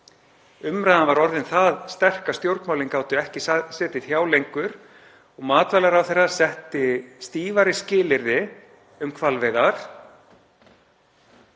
Umræðan var orðin það sterk að stjórnmálin gátu ekki setið hjá lengur og matvælaráðherra setti stífari skilyrði um hvalveiðar,